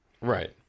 right